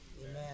Amen